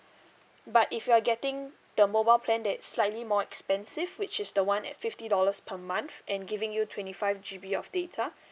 but if you are getting the mobile plan that is slightly more expensive which is the one at fifty dollars per month and giving you twenty five G_B of data